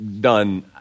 done